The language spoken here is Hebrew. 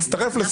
הרס